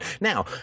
Now